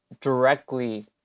directly